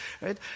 Right